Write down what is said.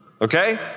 Okay